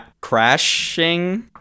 Crashing